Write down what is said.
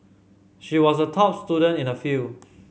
she was a top student in her field